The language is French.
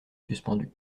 suspendue